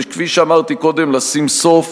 וכפי שאמרתי קודם, לשים סוף